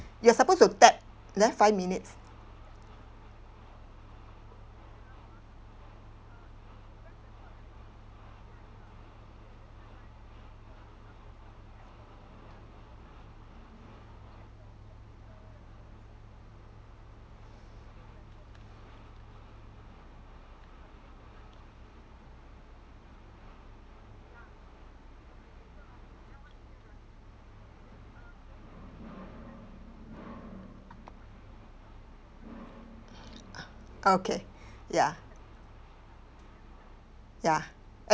you are supposed to tap left five minute uh okay ya ya